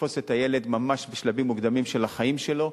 לתפוס את הילד ממש בשלבים מוקדמים של החיים שלו,